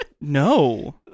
No